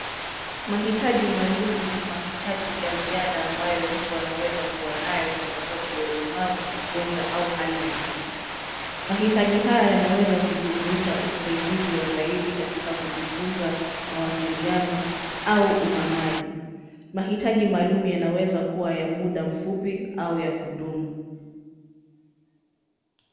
Mahitaji maalum ni mahitaji ya ziada ambayo mtu anaweza kuwa nayo kwa sababu ya ulemavu, ugonjwa au hali nyingine. Mahitaji haya yanaweza kujumuisha usaidizi wa zaidi katika kujifunza, mawasiliano au uhamaji. Mahitaji maalum yanaweza kuwa ya muda mfupi au ya kudumu.